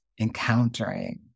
encountering